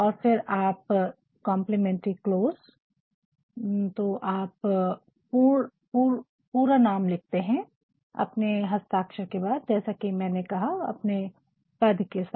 और फिर जब कम्प्लीमेंटरी क्लोज या समाप्ति करे तो आप पूरा नाम लिखते है अपने हस्ताक्षर के बाद जैसा की मैंने कहा अपने पद के साथ